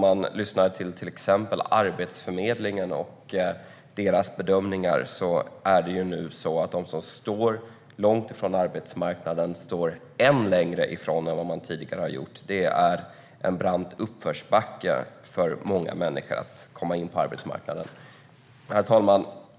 Enligt till exempel Arbetsförmedlingen och dess bedömningar står de som befinner sig långt ifrån arbetsmarknaden ännu längre ifrån den än vad de har gjort tidigare. Det är en brant uppförsbacke för många människor att komma in på arbetsmarknaden. Herr talman!